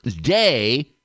day